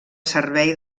servei